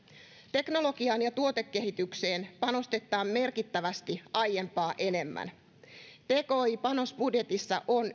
teknologiaan ja tuotekehitykseen panostetaan merkittävästi aiempaa enemmän tki panos budjetissa on